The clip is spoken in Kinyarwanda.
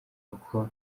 uko